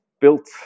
built